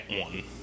one